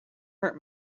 hurt